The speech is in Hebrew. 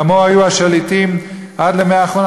כמוהו היו השליטים עד למאה האחרונה.